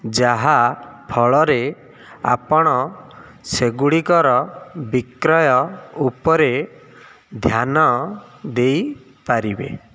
ଯାହା ଫଳରେ ଆପଣ ସେଗୁଡ଼ିକର ବିକ୍ରୟ ଉପରେ ଧ୍ୟାନ ଦେଇ ପାରିବେ